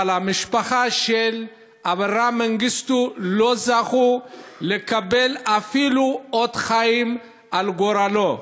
משפחתו של אברה מנגיסטו לא זכתה לקבל אפילו אות חיים על גורלו.